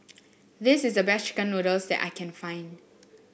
this is the best chicken noodles that I can find